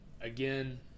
again –